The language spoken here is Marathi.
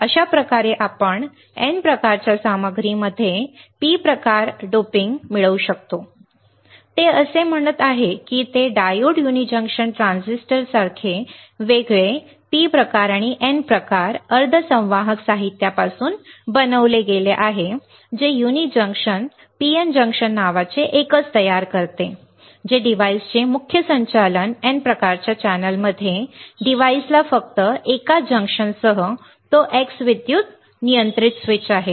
अशाप्रकारे आपण N प्रकारच्या सामग्रीमध्ये P प्रकार डोपिंग मिळवू शकतो ते असे म्हणत आहेत की ते डायोड युनि जंक्शन ट्रान्झिस्टर सारखे वेगळे P प्रकार आणि N प्रकार अर्धसंवाहक साहित्यापासून बनवले गेले आहे जे युनिट जंक्शन PN जंक्शन नावाचे एकच नाव तयार करते जे डिव्हाइसच्या मुख्य संचालन N प्रकार चॅनेलमध्ये डिव्हाइसला फक्त एका जंक्शनसह तो X फक्त विद्युत नियंत्रित स्विच आहे